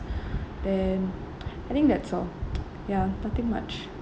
then I think that's all ya nothing much